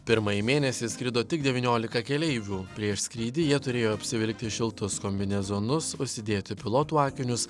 pirmąjį mėnesį skrido tik devyniolika keleivių prieš skrydį jie turėjo apsivilkti šiltus kombinezonus užsidėti pilotų akinius